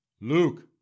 Luke